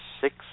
six